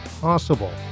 possible